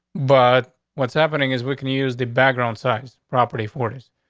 but what's happening is we can use the background size property forties?